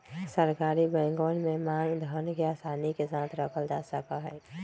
सरकारी बैंकवन में मांग धन के आसानी के साथ रखल जा सका हई